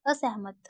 ਅਸਹਿਮਤ